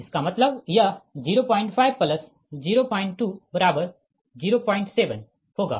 इसका मतलब यह 050207 होगा